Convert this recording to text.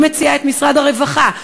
אני מציעה את משרד הרווחה,